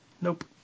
Nope